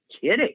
kidding